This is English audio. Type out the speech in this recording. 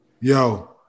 Yo